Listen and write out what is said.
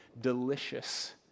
delicious